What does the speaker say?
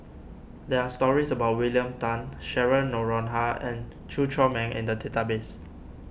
there are stories about William Tan Cheryl Noronha and Chew Chor Meng in the database